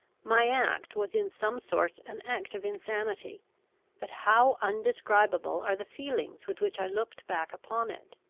my act was in some sort an act of insanity but how undescribable are the feelings with which i looked back upon it!